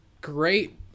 great